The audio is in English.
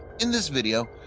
in this video,